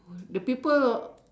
mm the people or